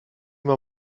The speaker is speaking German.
mal